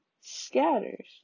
scatters